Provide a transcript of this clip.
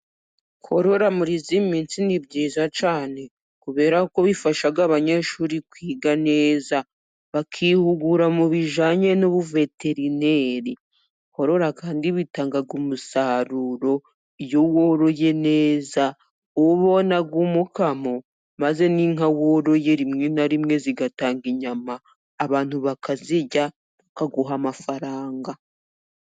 Korora muri iyi minsi ni byiza cyane, kubera ko bifasha abanyeshuri kwiga neza, bakihugura mu bijyanye n'ubuveterineri. Korora kandi bitanga umusaruro, iyo woroye neza ubona umokamo, maze n'inka woroye rimwe na rimwe zigatanga inyama, abantu bakazirya bakaguha amafaranga.